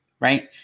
right